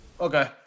Okay